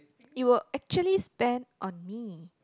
you were actually spend on me